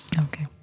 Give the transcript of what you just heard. Okay